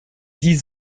dix